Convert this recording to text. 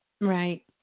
Right